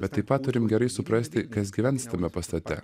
bet taip pat turim gerai suprasti kas gyvens tame pastate